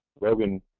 Logan